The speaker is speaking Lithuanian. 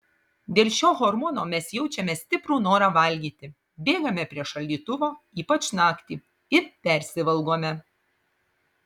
dėl šio hormono mes jaučiame stiprų norą valgyti bėgame prie šaldytuvo ypač naktį ir persivalgome